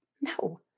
No